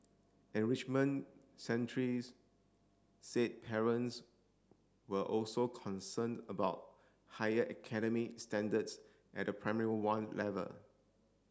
enrichment centres said parents were also concerned about higher academic standards at the Primary One level